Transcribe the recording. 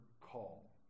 call